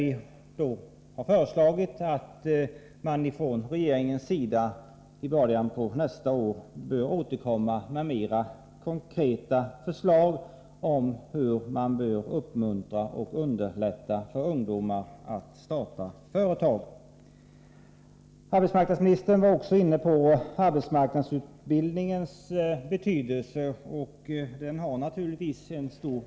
Vi har föreslagit att regeringen i början av nästa år bör återkomma med mer konkreta förslag om hur man bör uppmuntra och underlätta för ungdomar att starta egna företag. Arbetsmarknadsministern var också inne på arbetsmarknadsutbildningens betydelse. Denna är naturligtvis stor.